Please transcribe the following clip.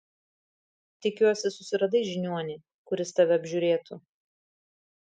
tikiuosi susiradai žiniuonį kuris tave apžiūrėtų